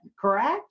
correct